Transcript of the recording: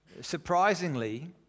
surprisingly